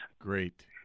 Great